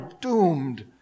doomed